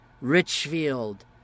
Richfield